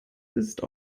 ist